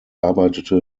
arbeitete